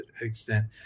extent